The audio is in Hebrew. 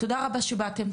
תודה רבה שבאתם,